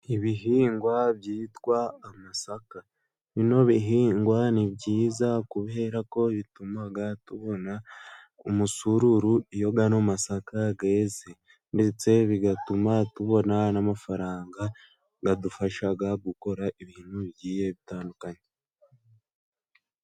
Ibihingwa byitwa amasaka. Bino bihingwa ni byiza kubera ko bituma tubona umusururu. Iyo aya masaka yeze, ndetse bigatuma tubona n'amafaranga adufasha gukora ibintu bigiye bitandukanye.